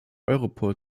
europol